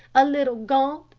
a little, gaunt,